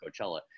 Coachella